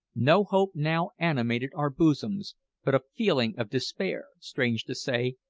no hope now animated our bosoms but a feeling of despair, strange to say,